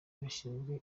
bashinzwe